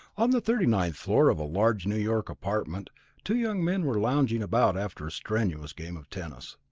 on the thirty-ninth floor of a large new york apartment two young men were lounging about after a strenuous game of tennis.